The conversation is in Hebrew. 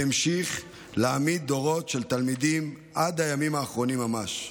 והמשיך להעמיד דורות של תלמידים עד הימים האחרונים ממש.